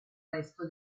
resto